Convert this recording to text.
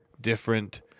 different